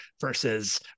versus